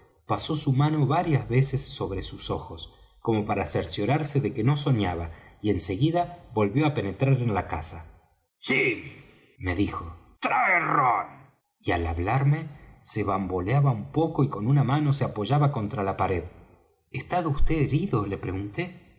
pasó su mano varias veces sobre sus ojos como para cerciorarse de que no soñaba y en seguida volvió á penetrar en la casa jim me dijo trae rom y al hablarme se bamboleaba un poco y con una mano se apoyaba contra la pared está vd herido le pregunté